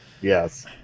Yes